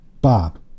Bob